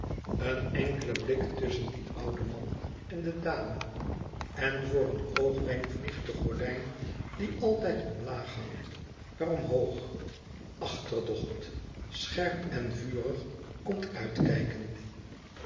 een enkele blik tusschen dien ouden man en de dame en voor een oogwenk vliegt de gordijn die altijd omlaag hangt naar omhoog achterdocht scherp en vurig komt uitkijken